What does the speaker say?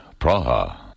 Praha